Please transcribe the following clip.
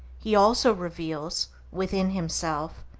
he also reveals, within himself,